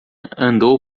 andou